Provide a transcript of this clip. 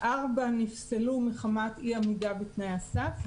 ארבע נפסלו מחמת אי עמידה בתנאי הסף,